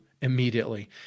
immediately